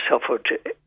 suffered